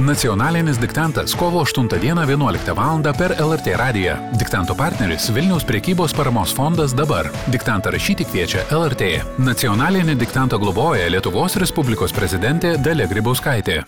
nacionalinis diktantas kovo aštuntą dieną vienuoliktą valandą per lrt radiją diktanto partneris vilniaus prekybos paramos fondas dabar diktantą rašyti kviečia lrt nacionalinį diktantą globoja lietuvos respublikos prezidentė dalia grybauskaitė